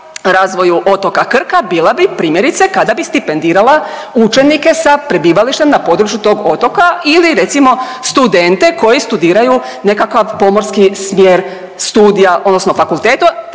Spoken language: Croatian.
razvoju otoka Krka bila bi primjerice kada bi stipendirala učenike sa prebivalištem na području tog otoka ili recimo studente koji studiraju nekakav pomorski smjer studija odnosno fakulteta,